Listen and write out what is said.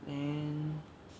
then